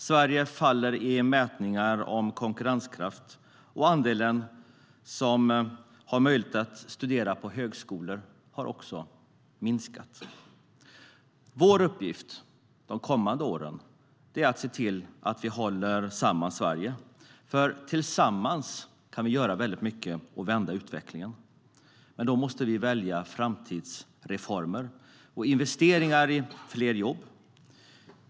Sverige faller i mätningar om konkurrenskraft, och andelen som har möjlighet att studera på högskola har minskat. Vår uppgift de kommande åren är att se till att vi håller samman Sverige, för tillsammans kan vi göra mycket och vända utvecklingen. Men då måste vi välja framtidsreformer och investeringar i fler jobb.